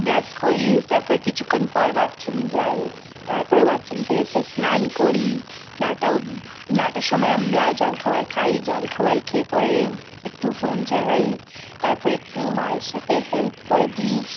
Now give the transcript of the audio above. brush করি তারপর কিছুক্ষণ পর বাথরুম যাই তারপরে বাথরুম থেকে এসে স্নান করি নটা অব নটার সময় আমরা জলখাবার খাই জলখাবার খেয়ে পরে একটু ফোন চালাই তারপরে একটু মায়ের সাথে হেল্প করে দিই